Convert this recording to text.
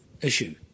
issue